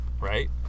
right